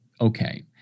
okay